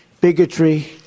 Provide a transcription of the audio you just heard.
bigotry